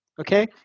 Okay